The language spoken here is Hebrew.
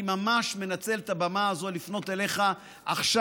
אני ממש מנצל את הבמה הזאת לפנות אליך עכשיו.